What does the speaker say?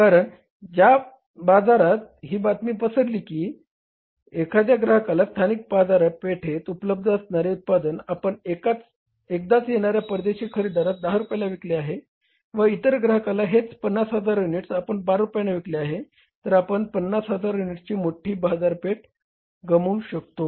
कारण जर बाजारात ही बातमी पसरली की एखाद्या ग्राहकाला स्थानिक बाजारपेठेत उपलब्ध असणारे उत्पादन आपण एकदाच येणाऱ्या परदेशी खरेदीदारास 10 रुपयाला विकले आहे व इतर ग्राहकाला हेच 50000 युनिट्स आपण 12 रुपयांना विकले आहे तर आपण 50000 युनिट्सची मोठी बाजारपेठ गमावू शकतो